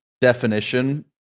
definition